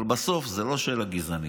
אבל בסוף זו לא שאלה גזענית.